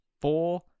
four